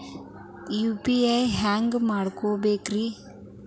UPI ಹ್ಯಾಂಗ ಮಾಡ್ಕೊಬೇಕ್ರಿ?